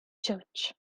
church